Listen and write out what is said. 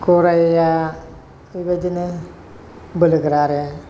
गराया बेबादिनो बोलो गोरा आरो